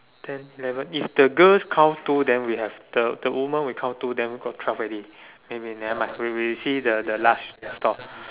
ten eleven if the girls count two then we have the the women will count two then we got twelve already maybe nevermind we we see the the large store